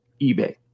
eBay